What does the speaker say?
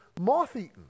moth-eaten